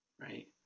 right